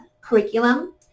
curriculum